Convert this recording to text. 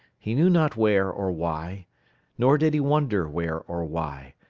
he knew not where or why nor did he wonder where or why,